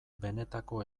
benetako